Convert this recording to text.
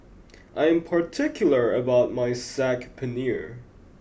I am particular about my Saag Paneer